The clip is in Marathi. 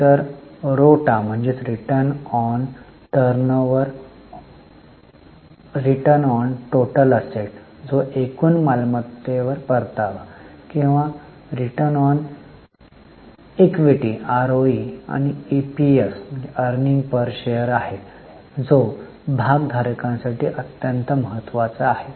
तर रोटा जो एकूण मालमत्ता परतावा आरओई ईपीएस आहे जो भागधारकांसाठी अत्यंत महत्वाचा आहे